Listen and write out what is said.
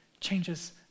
changes